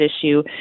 issue